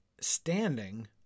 standing